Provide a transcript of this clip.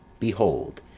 behold,